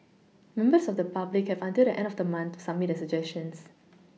members of the public have until the end of the month to submit their suggestions